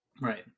right